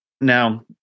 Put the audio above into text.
Now